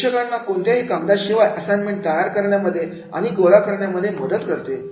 हे शिक्षकांना कोणत्याही कागदां शिवाय असाइनमेंट तयार करण्यामध्ये आणि गोळा करण्यामध्ये मदत करते